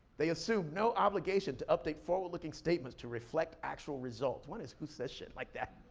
they assume no obligation to update forward-looking statements to reflect actual results. one is, who says shit like that?